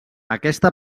aquesta